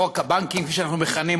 חוק הבנקים כפי שאנחנו מכנים אותו,